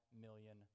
million